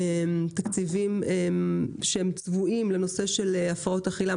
תקציבים שצבועים לנושא של הפרעות אכילה,